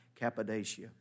Cappadocia